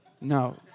no